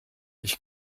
ich